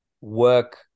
work